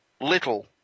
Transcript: little